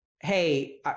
Hey